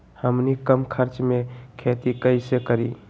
हमनी कम खर्च मे खेती कई से करी?